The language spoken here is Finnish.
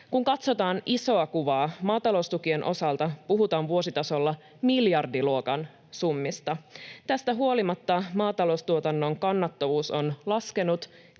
Kun katsotaan isoa kuvaa maataloustukien osalta, puhutaan vuositasolla miljardiluokan summista. Tästä huolimatta maataloustuotannon kannattavuus on laskenut,